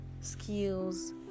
skills